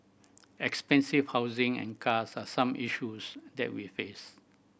expensive housing and cars are some issues that we face